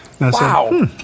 Wow